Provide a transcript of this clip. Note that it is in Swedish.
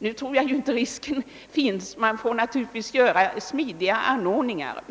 Nu tror jag inte att den risken skulle finnas — man får naturligtvis träffa smidiga anordningar.